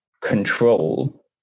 control